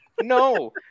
No